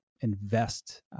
invest